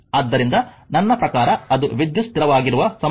ಆದ್ದರಿಂದ ನನ್ನ ಪ್ರಕಾರ ಅದು ವಿದ್ಯುತ್ ಸ್ಥಿರವಾಗಿರುವ ಸಮಯವಾಗಿರಬಹುದು